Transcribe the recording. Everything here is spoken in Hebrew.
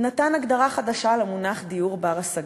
נתן הגדרה חדשה למונח דיור בר-השגה: